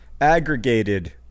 Aggregated